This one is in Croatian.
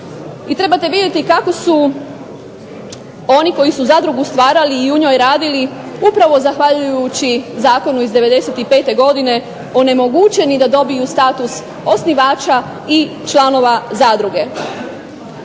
trebate vidjeti kako su oni koji su zadrugu stvarali i u njoj radili, upravo zahvaljujući zakonu iz '95. godine onemogućeni da dobiju status osnivača, i članova zadruge.